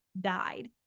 died